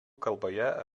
kalboje